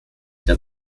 der